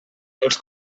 els